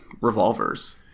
revolvers